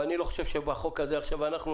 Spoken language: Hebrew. אבל אני לא חושב שבחוק הזה אנחנו עכשיו